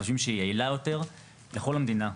חושבים שהיא יעילה יותר לכל המדינה,